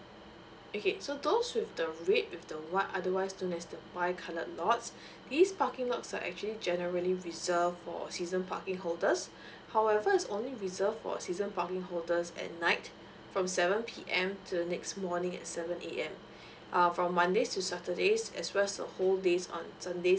okay so those with the red with the white otherwise known as the bicoloured lots these parking lots are actually generally reserved for season parking holders however its only reserve for season parking holders at night from seven P_M to the next morning at seven A_M err from mondays to saturdays as well as a whole day on sundays